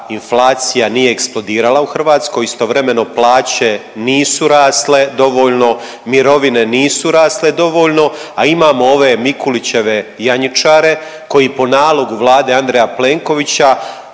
inflacija nije eksplodirala u Hrvatskoj. Istovremeno plaće nisu rasle dovoljno, mirovine nisu rasle dovoljno, a imamo ove Milićeve Janjičare koji po nalogu Vlade Andreja Plenkovića